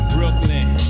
Brooklyn